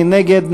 מי נגד?